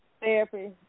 Therapy